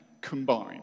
combined